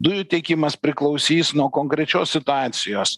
dujų tiekimas priklausys nuo konkrečios situacijos